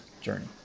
journey